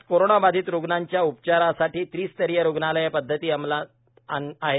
राज्यात कोरोनाबाधित रुग्णांच्या उपचारासाठी त्रिस्तरीय रुग्णालय पध्दती अंमलात आहे